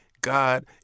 God